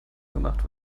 gemacht